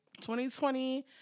2020